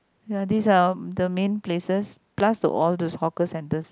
ya these are the main places plus to all those hawker centres